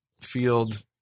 field